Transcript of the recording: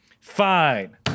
Fine